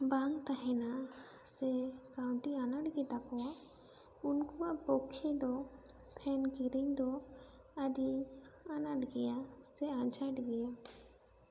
ᱵᱟᱝ ᱛᱟᱦᱮᱱᱟ ᱥᱮ ᱠᱟᱹᱣᱰᱤ ᱟᱱᱟᱸᱴ ᱜᱮᱛᱟ ᱠᱚᱣᱟ ᱩᱱᱠᱩᱣᱟᱜ ᱯᱚᱠᱠᱪᱷᱮ ᱫᱚ ᱯᱷᱮᱱ ᱠᱤᱨᱤᱧ ᱫᱚ ᱟᱹᱰᱤ ᱟᱱᱟᱸᱴ ᱜᱮᱭᱟ ᱥᱮ ᱟᱡᱷᱟᱸᱴ ᱜᱮᱭᱟ